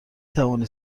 توانید